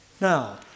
Now